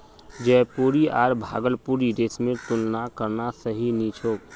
जयपुरी आर भागलपुरी रेशमेर तुलना करना सही नी छोक